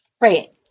Right